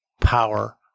power